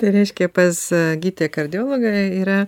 reiškia pas gydytoją kardiologą yra